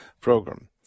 program